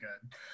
good